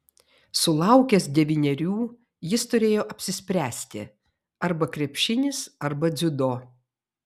sulaukęs devynerių jis turėjo apsispręsti arba krepšinis arba dziudo